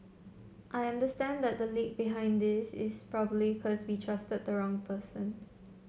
I understand that the leak behind this is probably be trusted the wrong person